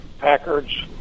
Packards